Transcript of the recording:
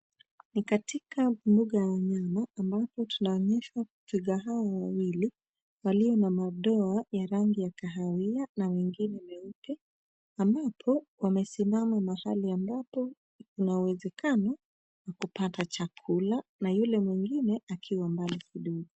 Ni katika mbuga ya wanyama ambapo tunaonyeshwa twiga hawa wawili walio na madoa ya rangi ya kahawia na mengine meupe ambapo wamesimama mahali ambapo kuna uwezekano wa kupata chakula na yule mwengine akiwa mbali kidogo.